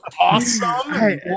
awesome